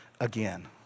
again